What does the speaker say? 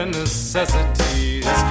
necessities